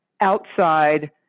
outside